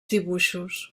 dibuixos